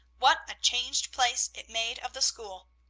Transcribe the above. what a changed place it made of the school!